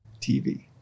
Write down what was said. TV